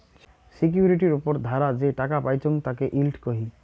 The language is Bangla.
সিকিউরিটির উপর ধারা যে টাকা পাইচুঙ তাকে ইল্ড কহি